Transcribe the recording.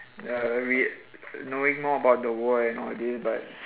ya re~ knowing more about the war and all this but